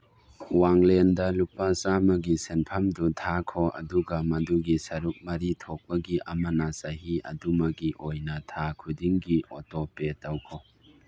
ꯋꯥꯡꯂꯦꯟꯗ ꯂꯨꯄꯥ ꯆꯥꯃꯒꯤ ꯁꯦꯟꯐꯝꯗꯨ ꯊꯥꯈꯣ ꯑꯗꯨꯒ ꯃꯗꯨꯒꯤ ꯁꯔꯨꯛ ꯃꯔꯤ ꯊꯣꯛꯄꯒꯤ ꯑꯃꯅ ꯆꯍꯤ ꯑꯗꯨꯃꯒꯤ ꯑꯣꯏꯅ ꯊꯥ ꯈꯨꯗꯤꯡꯒꯤ ꯑꯣꯇꯣꯄꯦ ꯇꯧꯈꯣ